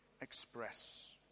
express